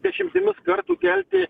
dešimtimis kartų kelti